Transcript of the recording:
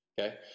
Okay